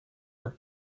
maar